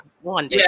one